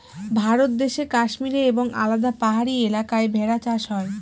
ভারত দেশে কাশ্মীরে এবং আলাদা পাহাড়ি এলাকায় ভেড়া চাষ হয়